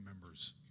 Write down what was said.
members